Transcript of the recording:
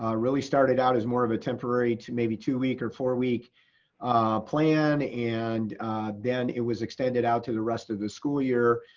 ah really started out as more of a temporary maybe two week or four week plan and then it was extended out to the rest of the school year.